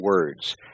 words